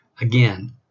Again